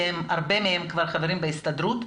כי הרבה מהם כבר חברים בהסתדרות,